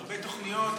הרבה תוכניות,